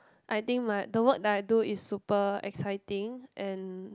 I think my the work that I do is super exciting and